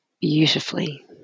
beautifully